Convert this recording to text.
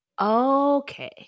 Okay